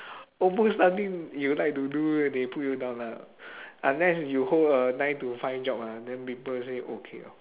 almost something you like to do they put you down lah unless you hold a nine to five job ah then people say okay lor